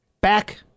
Back